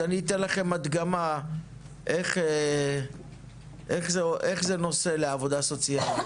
אז אני אתן לכם הדגמה איך זה נושא לעבודה סוציאלית.